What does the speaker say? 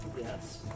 Yes